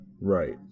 right